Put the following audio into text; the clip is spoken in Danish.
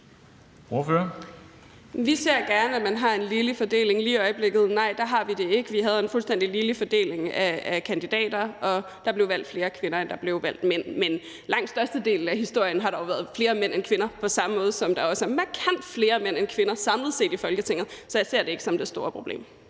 Vi ser gerne, at man har en ligelig fordeling. Lige i øjeblikket har vi det ikke. Vi havde en fuldstændig ligelig fordeling af kandidater, og der blev valgt flere kvinder, end der blev valgt mænd. Men i langt størstedelen af historien har der jo været flere mænd end kvinder, ligesom der også er markant flere mænd end kvinder samlet set i Folketinget. Så jeg ser det ikke som det store problem.